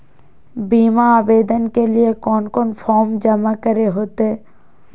बीमा आवेदन के लिए कोन कोन फॉर्म जमा करें होते